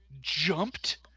Jumped